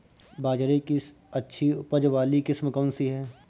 बाजरे की अच्छी उपज वाली किस्म कौनसी है?